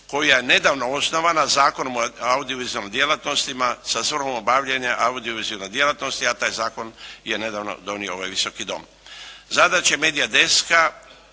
koja je nedavno osnovana Zakonom o audio-vizualnim djelatnostima sa svrhom obavljanja audio-vizualnih djelatnosti, a taj zakon je nedavno donio ovaj Visoki dom. Zadaće media deska